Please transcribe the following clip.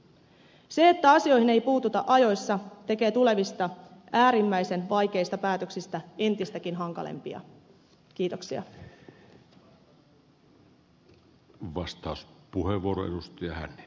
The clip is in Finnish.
se että asioihin ei puututa ajoissa tekee tulevista äärimmäisen vaikeista päätöksistä entistäkin hankalampia